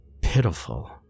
pitiful